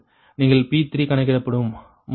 நீங்கள் P3 கணக்கிடப்படும் 0